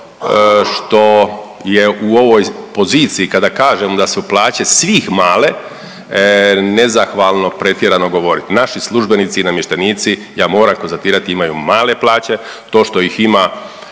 što je u ovoj poziciji kada kažem da su plaće svih male nezahvalno pretjerano govoriti. Naši službenici i namještenici ja moram konstatirati imaju male plaće, to što ih ima